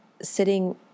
sitting